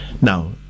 Now